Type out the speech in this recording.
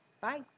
Bye